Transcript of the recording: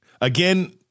Again